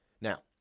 Now